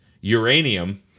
uranium